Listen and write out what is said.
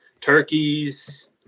turkeys